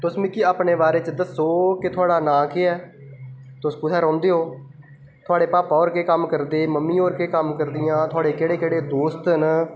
तुस मिक्की अपने बारै च दस्सो कि थुआढ़ा नांऽ केह् ऐ तुस कु'त्थें रौह्ंदे ओ थुआढ़े भापा होर केह् कम्म करदे थुआढ़ी मम्मी होर केह् कम्म करदियां थुआढ़े केह्ड़े केह्ड़े दोस्त न